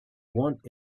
want